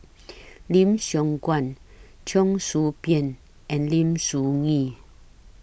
Lim Siong Guan Cheong Soo Pieng and Lim Soo Ngee